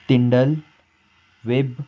तिंडल web